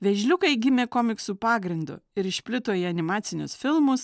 vėžliukai gimė komiksų pagrindu ir išplito į animacinius filmus